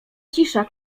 cisza